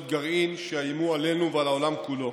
גרעין שיאיימו עלינו ועל העולם כולו,